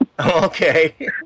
okay